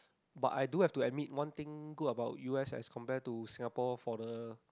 but I do have to admit one thing good about u_s as compare to Singapore for the